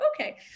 Okay